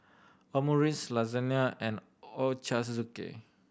Omurice Lasagne and Ochazuke